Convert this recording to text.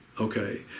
Okay